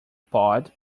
pod